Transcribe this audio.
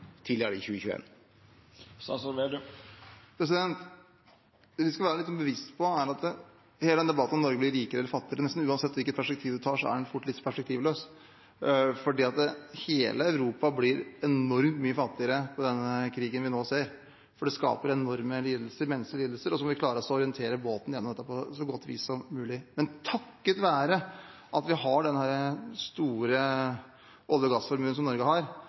vi skal være litt bevisste på når det gjelder hele debatten om hvorvidt Norge blir rikere eller fattigere, er at nesten uansett hvilket perspektiv man tar, er den fort litt perspektivløs. Hele Europa blir enormt mye fattigere av den krigen vi nå ser, for den skaper enorme lidelser, menneskelige lidelser, og så må vi klare å orientere båten gjennom dette på et så godt vis som mulig. Takket være at Norge har den store olje- og gassformuen som vi har,